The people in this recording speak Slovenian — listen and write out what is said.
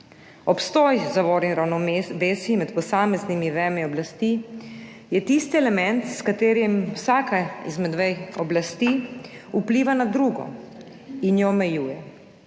Obstoj zavor in ravnovesij med posameznimi vejami oblasti je tisti element, s katerim vsaka izmed vej oblasti vpliva na drugo in jo omejuje.